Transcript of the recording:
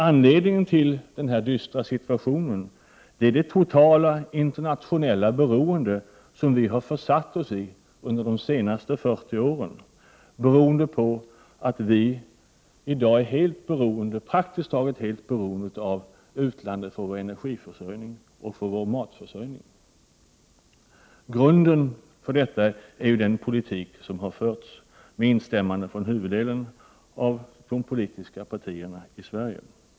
Anledningen till denna dystra situation är det totala internationella beroende som vi har försatt oss i under de senaste 40 åren. Vi är i dag praktiskt taget helt beroende av utlandet för vår energiförsörjning och för vår matförsörjning. Grunden till detta är den politik som har förts med instämmande från huvuddelen av de politiska partierna i Sverige.